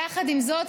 יחד עם זאת,